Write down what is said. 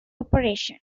operation